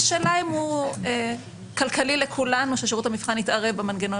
השאלה אם זה כלכלי לכולם ששירות המבחן יתערב במנגנון,